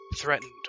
threatened